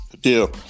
Deal